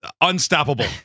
unstoppable